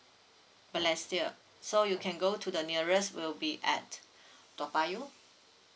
balestier so you can go to the nearest will be at toa payoh